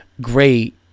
great